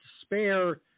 spare